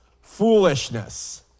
foolishness